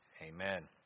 amen